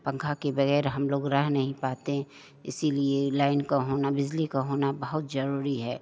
पंखा के वगैर हम लोग रह नहीं पाते हैं इसीलिए लाइन का होना बिजली का होना बहुत जरूरी है